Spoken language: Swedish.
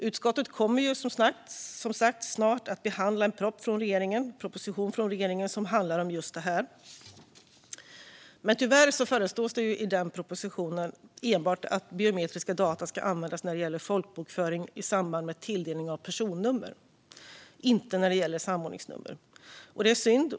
Utskottet kommer som sagt snart att behandla en proposition från regeringen som handlar om just detta, men tyvärr föreslås det i den propositionen enbart att biometriska data ska användas när det gäller folkbokföring i samband med tilldelning av personnummer, inte samordningsnummer. Det är synd.